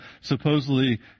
supposedly